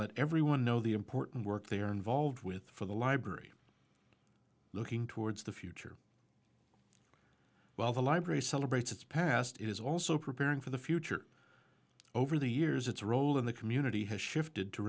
let everyone know the important work they are involved with for the library looking towards the future while the library celebrates its past is also preparing for the future over the years its role in the community has shifted to